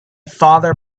father